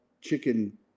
chicken